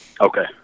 okay